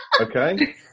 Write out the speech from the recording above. okay